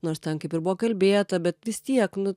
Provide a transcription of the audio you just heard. nors ten kaip ir buvo kalbėta bet vis tiek nu